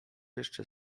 jeszcze